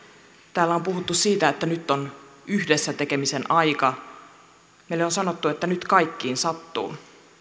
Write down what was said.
täällä on puhuttu siitä että nyt on yhdessä tekemisen aika meille on sanottu että nyt kaikkiin sattuu